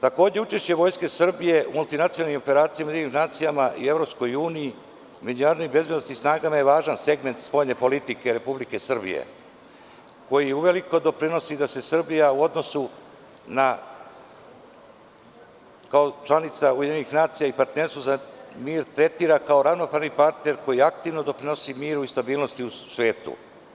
Takođe, učešće Vojske Srbije u multinacionalnim operacijama u UN i EU u međunarodnim bezbednosnim snagama je važan segment spoljne politike Republike Srbije koji uveliko doprinosi da se Srbija kao članica UN i partnerstva za mir tretira kao ravnopravni partner koji aktivno doprinosi miru i stabilnosti u svetu.